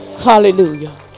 Hallelujah